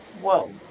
Whoa